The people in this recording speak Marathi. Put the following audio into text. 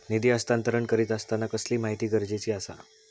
निधी हस्तांतरण करीत आसताना कसली माहिती गरजेची आसा?